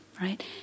right